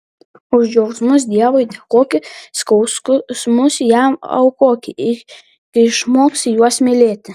už džiaugsmus dievui dėkoki skausmus jam aukoki iki išmoksi juos mylėti